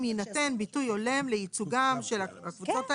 יינתן ביטוי הולם לייצוגם של הקבוצות האלה".